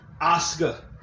Oscar